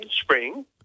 spring